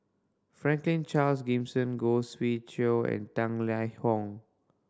Franklin Charles Gimson Khoo Swee Chiow and Tang Liang Hong